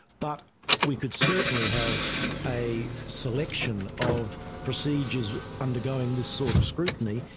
but we could certainly have a selection of procedures undergoing this sort of scrutiny,